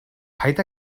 paid